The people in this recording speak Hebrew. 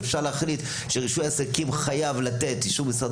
אפשר להחליט שרישוי עסקים חייב לתת אישור של משרד